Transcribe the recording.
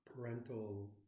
parental